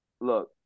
Look